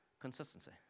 Consistency